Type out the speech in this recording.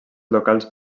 locals